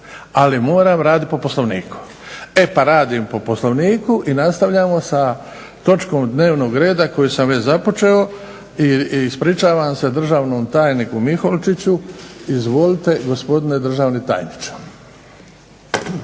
ali moram raditi po poslovniku. E, pa radim po Poslovniku pa nastavljamo sa točkom dnevnog reda koju sam već započeo i ispričavam se državnom tajniku Mikolčiću izvolite gospodine državni tajniče.